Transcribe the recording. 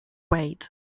wait